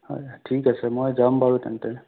হয় ঠিক আছে মই যাম বাৰু তেন্তে